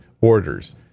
orders